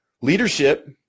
Leadership